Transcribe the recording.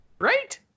right